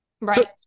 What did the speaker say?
Right